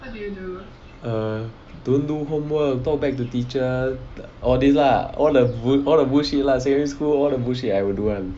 err don't do homework talk back to teacher or these lah all the all the bullshit secondary school all the bullshit I will do one